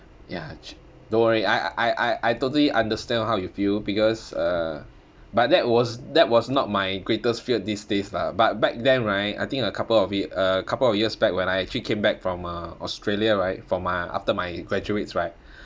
ya don't worry I I I I totally understand how you feel because uh but that was that was not my greatest fear these days lah but back then right I think a couple of y~ uh couple of years back when I actually came back from uh australia right for my after my graduates right